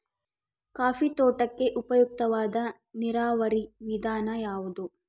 Coffee ತೋಟಕ್ಕೆ ಉಪಯುಕ್ತವಾದ ನೇರಾವರಿ ವಿಧಾನ ಯಾವುದು?